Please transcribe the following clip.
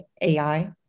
AI